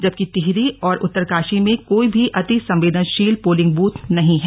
जबकि टिहरी और उत्तरकाशी में कोई भी अति संवेदनशील पोलिंग बूथ नहीं हैं